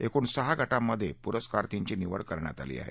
एकूण सहा गटांमध्ये पुरस्कारार्थिंची निवड करण्यात आली आहे